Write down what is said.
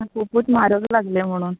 खुपूत म्हारग लागले म्हणूं